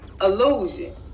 Illusion